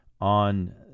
on